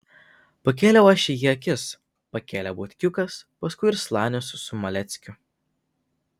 pakėliau aš į jį akis pakėlė butkiukas paskui ir slanius su maleckiu